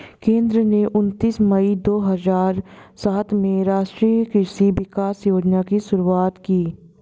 केंद्र ने उनतीस मई दो हजार सात में राष्ट्रीय कृषि विकास योजना की शुरूआत की